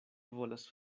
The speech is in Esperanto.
volas